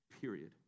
Period